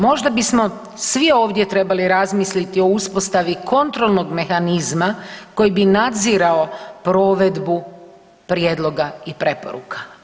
Možda bismo svi ovdje trebali razmisliti o uspostavi kontrolnog mehanizma koji bi nadzirao provedbu prijedloga i preporuka.